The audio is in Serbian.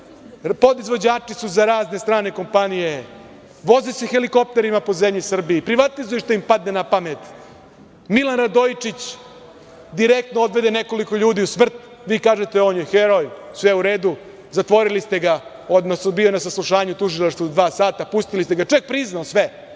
podizvođači su za razne strane kompanije, voze se helikopterima po zemlji Srbiji, privatizuju šta im padne na pamet. Milan Radojičić direktno odvede nekoliko ljudi u smrt vi kažete on je heroj, sve u radu, zatvorili ste ga, odnosno bio je na saslušanju u Tužilaštvu dva sata, pustili ste ga, čovek priznao sve